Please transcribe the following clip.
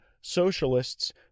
socialists